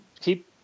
keep